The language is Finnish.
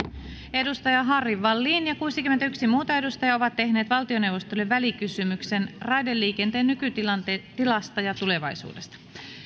edustaja harry wallin ja seitsemänkymmentä muuta edustajaa ovat tehneet valtioneuvostolle välikysymyksen kolme raideliikenteen nykytilasta ja tulevaisuudesta